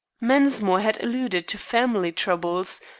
mensmore had alluded to family troubles,